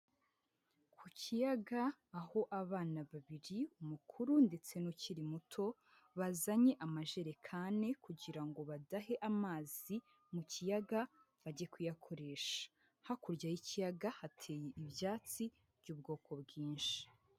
Ku ikiyaga aho abana babiri umukuru ndetse ukiri muto, bazanye amajerekani kugira ngo badahe amazi mu kiyaga bajye kuyakoresha, hakurya y'ikiyaga hateye ibyatsi by'ubwoko bwinshi.